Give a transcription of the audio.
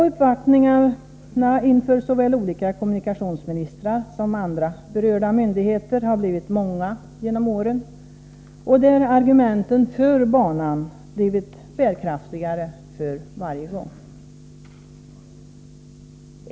Uppvaktningarna för såväl kommunikationsministrar som andra berörda myndigheter har blivit många genom åren, och argumenten för banan har blivit bärkraftigare för varje gång.